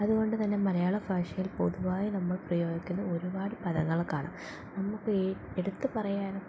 അതുകൊണ്ട് തന്നെ മലയാള ഭാഷയിൽ പൊതുവായി നമ്മൾ പ്രയോഗിക്കുന്ന ഒരുപാട് പദങ്ങൾ കാണാം നമുക്ക് എടുത്ത് പറയാനും